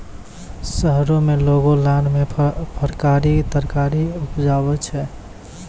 शहरो में लोगों लान मे फरकारी तरकारी उपजाबै छै